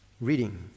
Reading